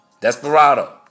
Desperado